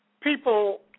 people